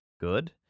Good